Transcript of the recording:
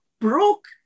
broke